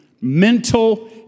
mental